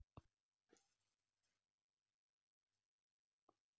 ಸಾಲಕ್ಕ ಅರ್ಜಿ ಹಾಕಿದ್ ಎಷ್ಟ ದಿನದೊಳಗ ಸಾಲ ಸಿಗತೈತ್ರಿ?